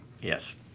Yes